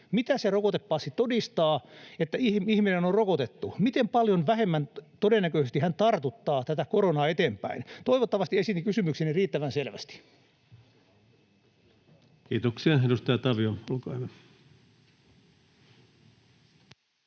se rokotepassi, että ihminen on rokotettu? Miten paljon vähemmän todennäköisesti hän tartuttaa koronaa eteenpäin? Toivottavasti esitin kysymykseni riittävän selvästi. [Speech 80] Speaker: Ensimmäinen